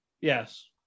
Yes